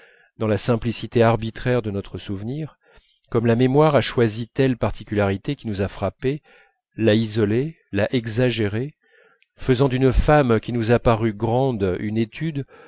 dans la simplicité arbitraire de notre souvenir comme la mémoire a choisi telle particularité qui nous a frappés l'a isolée l'a exagérée faisant d'une femme qui nous a paru grande une étude